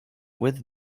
with